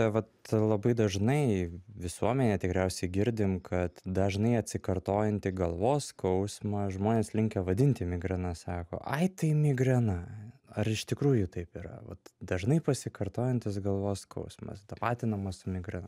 vat labai dažnai visuomenėj tikriausiai girdim kad dažnai atsikartojantį galvos skausmą žmonės linkę vadinti migrana sako ai tai migrena ar iš tikrųjų taip yra vat dažnai pasikartojantis galvos skausmas tapatinamas su migrena